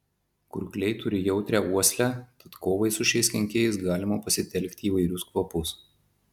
kurkliai turi jautrią uoslę tad kovai su šiais kenkėjais galima pasitelkti įvairius kvapus